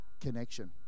connection